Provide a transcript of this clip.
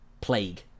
Plague